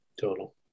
total